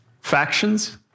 Factions